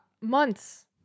months